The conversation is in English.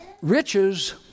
Riches